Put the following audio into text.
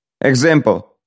Example